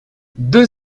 deux